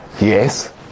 Yes